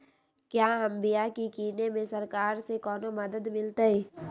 क्या हम बिया की किने में सरकार से कोनो मदद मिलतई?